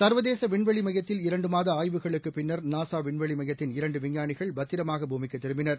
சர்வதேச விண்வெளி எமயத்தில் இரண்டு மாத ஆய்வுகளுக்குப் பின்னர் நாள விண்வெளி எமயத்தின் இரண்டு விஞ்ஞானிகள் பத்திரமாக பூமிக்கு திரும்பினர்